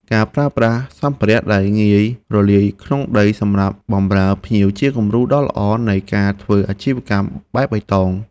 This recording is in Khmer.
ការប្រើប្រាស់សម្ភារៈដែលងាយរលាយក្នុងដីសម្រាប់បម្រើភ្ញៀវជាគំរូដ៏ល្អនៃការធ្វើអាជីវកម្មបែបបៃតង។